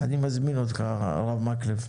אני מזמין אותך, הרב מקלב.